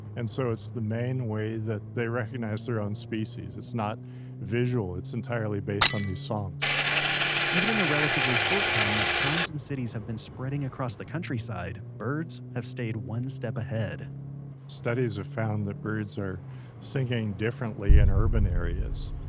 and so it's the main way that they recognize their own species. it's not visual. it's entirely based on these songs even in the relatively short time that towns and cities have been spreading across the countryside, birds have stayed one step ahead studies have found that birds are singing differently in urban areas.